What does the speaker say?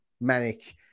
manic